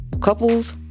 couples